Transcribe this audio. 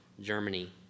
Germany